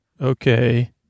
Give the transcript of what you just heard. Okay